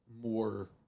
more